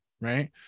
Right